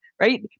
right